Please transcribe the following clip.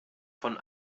von